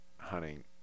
hunting